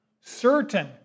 Certain